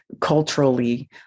culturally